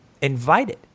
invited